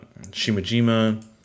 Shimajima